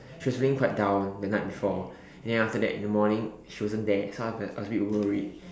she was being quite down the night before and then after that in the morning she wasn't there so I was like a bit worried